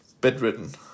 bedridden